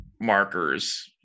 markers